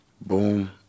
Boom